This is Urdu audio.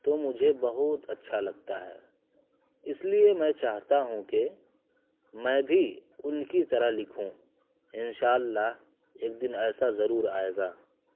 تو مجھے بہت اچھا لگتا ہے اس لیے میں چاہتا ہوں کہ میں بھی ان کی طرح لکھوں ان شاء اللہ ایک دن ایسا ضرور آئےگا